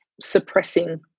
suppressing